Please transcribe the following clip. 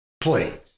please